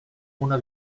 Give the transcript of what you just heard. una